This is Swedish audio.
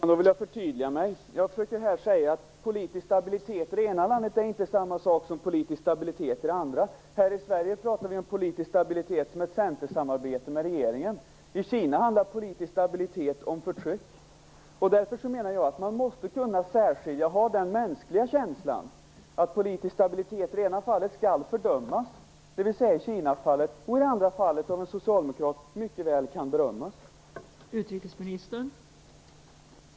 Fru talman! Då vill jag förtydliga mig. Politisk stabilitet i det ena fallet är inte samma sak som politisk stabilitet i det andra fallet. Här i Sverige talar vi om politisk stabilitet i och med regeringens centersamarbete. I Kina handlar politisk stabilitet om förtryck. Därför måste man ha den mänskliga känslan att kunna särskilja att politisk stabilitet i det ena fallet skall fördömas, dvs. i Kinafallet. I det andra fallet kan politisk stabilitet mycket väl berömmas av en socialdemokrat.